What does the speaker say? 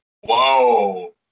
Whoa